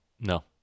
No